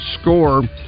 score